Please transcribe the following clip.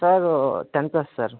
sir ten plus sir